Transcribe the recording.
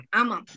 ama